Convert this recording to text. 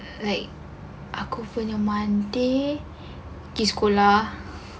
like aku punya monday pergi sekolah